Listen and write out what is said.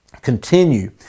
Continue